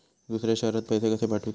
दुसऱ्या शहरात पैसे कसे पाठवूचे?